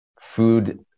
food